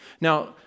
Now